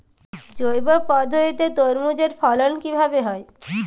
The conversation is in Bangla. জৈব পদ্ধতিতে তরমুজের ফলন কিভাবে হয়?